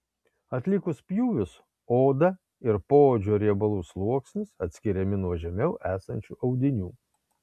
atlikus pjūvius oda ir poodžio riebalų sluoksnis atskiriami nuo žemiau esančių audinių